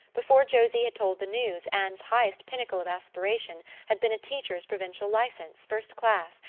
before josie had told the news anne's highest pinnacle of aspiration had been a teacher's provincial license, first class,